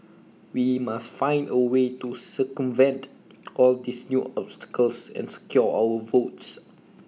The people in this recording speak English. we must find A way to circumvent all these new obstacles and secure our votes